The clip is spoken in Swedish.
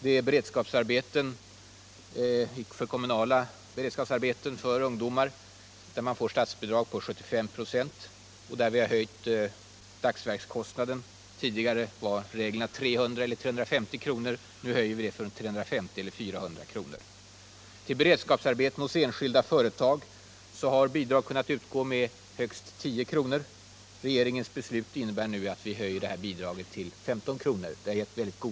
Det är kommunala beredskapsarbeten för ungdomar, där kommunerna får statsbidrag på 75 96 och där vi har höjt dagsverkskostnaden från tidigare 300 eller 350 kr. till 350 eller 400 kr. Till beredskapsarbeten hos enskilda företag har bidrag tidigare kunnat utgå med högst 10 kr. Regeringens beslut innebär att vi höjer detta bidrag till 15 kr.